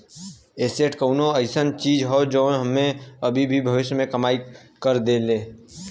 asset कउनो अइसन चीज हौ जौन हमें अभी या भविष्य में कमाई कर के दे